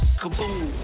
kaboom